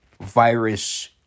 virus